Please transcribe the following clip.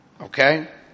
Okay